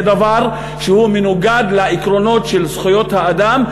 זה דבר שמנוגד לעקרונות של זכויות האדם.